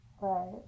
right